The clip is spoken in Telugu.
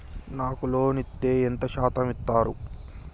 నాకు లోన్ ఇత్తే ఎంత శాతం ఇత్తరు?